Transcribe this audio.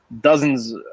Dozens